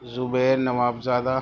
زبیر نواب زادہ